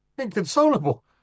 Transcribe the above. Inconsolable